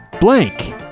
blank